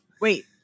Wait